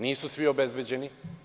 Nisu svi obezbeđeni.